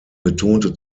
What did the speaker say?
betonte